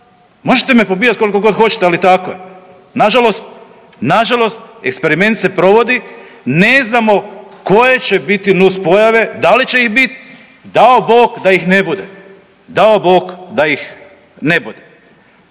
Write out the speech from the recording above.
Možete me pobijati koliko god hoćete, ali tako je. Nažalost, nažalost eksperiment se provodi, ne znamo koje će biti nus pojave, da li će ih bit, dao Bog da ih ne bude, dao Bog da ih ne bude.